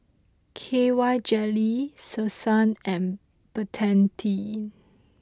K Y Jelly Selsun and Betadine